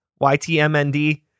ytmnd